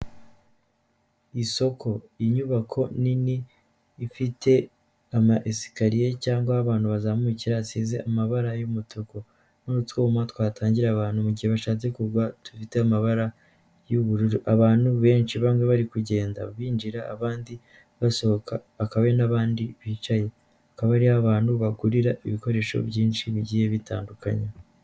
Isoko inyubako nini ifite ama esikariye cyangwa aho abantu bazamukira hasize amabara y'umutuku n'utwuma twatangira abantu mugihe bashatse kugwa dufite amabara y'ubururu, abantu benshi bamwe bari kugenda binjira abandi basohoka, hakaba hari n'abandi bicaye akaba ariho abantu bagurira ibikoresho byinshi bigiye bitandukanye.